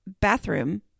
bathroom